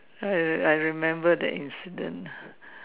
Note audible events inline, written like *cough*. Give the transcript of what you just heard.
*noise* I remembered that incident